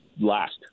last